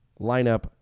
lineup